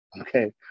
Okay